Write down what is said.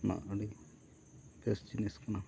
ᱟᱹᱰᱤ ᱵᱮᱥ ᱡᱤᱱᱤᱥ ᱠᱟᱱᱟ